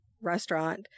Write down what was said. restaurant